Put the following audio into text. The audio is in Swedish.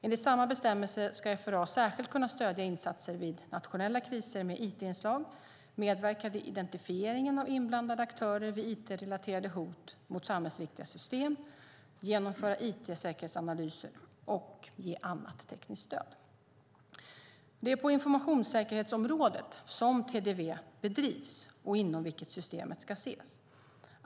Enligt samma bestämmelse ska FRA särskilt kunna stödja insatser vid nationella kriser med it-inslag, medverka till identifieringen av inblandade aktörer vid it-relaterade hot mot samhällsviktiga system, genomföra it-säkerhetsanalyser och ge annat tekniskt stöd. Det är på informationssäkerhetsområdet som TDV bedrivs och inom vilket systemet ska ses.